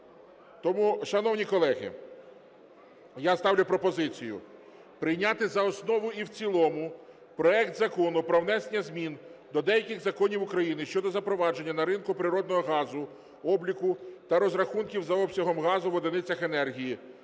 Тому, шановні колеги, я ставлю пропозицію прийняти за основу і в цілому проект Закону про внесення змін до деяких законів України щодо запровадження на ринку природного газу обліку та розрахунків за обсягом газу в одиницях енергії